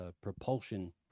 propulsion